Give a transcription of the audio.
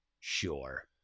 sure